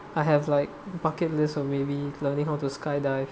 I have like bucket list or maybe learning how to skydive